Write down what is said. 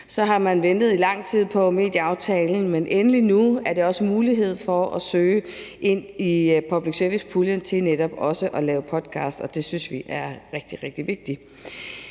så har man ventet i lang tid på medieaftalen, men nu er der endelig mulighed for at søge midler fra public service-puljen til netop også at lave podcasts, og det synes vi er rigtig, rigtig vigtigt.